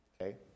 Okay